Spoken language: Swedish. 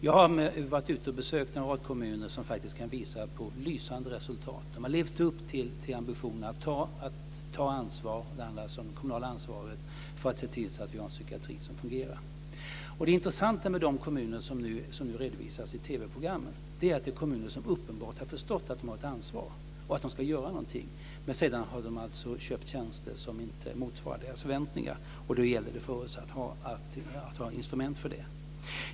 Jag har varit ute och besökt en rad kommuner som faktiskt kan visa på lysande resultat. De har levt upp till ambitionen att ta ansvar - det handlar alltså om det kommunala ansvaret - för att se till att vi har en psykiatri som fungerar. Det intressanta med de kommuner som nu redovisas i TV-programmen är att det är kommuner som uppenbart har förstått att de har ett ansvar och att de ska göra någonting, men sedan har de köpt tjänster som inte motsvarar deras förväntningar. Då gäller det för oss att ha instrument för det.